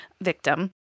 victim